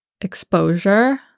exposure